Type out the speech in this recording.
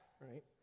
right